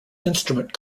instrument